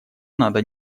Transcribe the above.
надо